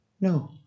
No